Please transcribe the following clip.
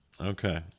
Okay